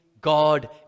God